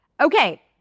Okay